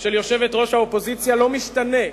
של יושבת-ראש האופוזיציה לא משתנה,